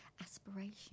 aspiration